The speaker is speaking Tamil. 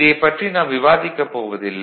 இதைப் பற்றி நாம் விவாதிக்கப் போவதில்லை